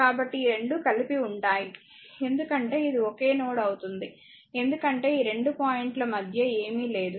కాబట్టి ఈ రెండూ కలిపి ఉంటాయి ఎందుకంటే ఇది ఒకే నోడ్ అవుతుంది ఎందుకంటే ఈ 2 పాయింట్ల మధ్య ఏమీ లేదు